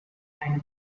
eine